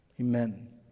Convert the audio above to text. amen